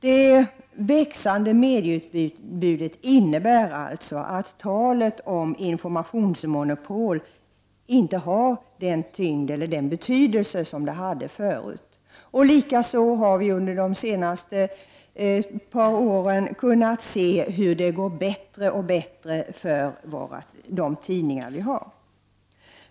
Det växande medieutbudet innebär alltså att talet om informationsmonopolinte har den tyngd eller betydelse som det hade förut. Likaså har vi under de senaste åren kunnat se hur det går bättre och bättre för de tidningar vi har.